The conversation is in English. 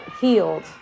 healed